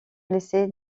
blessé